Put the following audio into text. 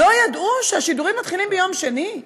לא ידעו שהשידורים מתחילים ביום שני?